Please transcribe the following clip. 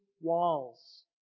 walls